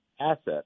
asset